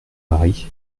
mari